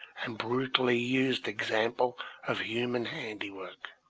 and brutually used example of human handiwork.